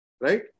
Right